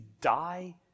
die